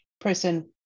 person